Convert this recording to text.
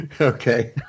Okay